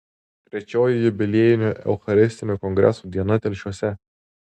trečioji jubiliejinio eucharistinio kongreso diena telšiuose